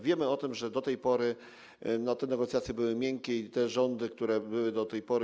Wiemy o tym, że do tej pory te negocjacje były miękkie i te rządy, które były do tej pory.